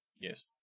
Yes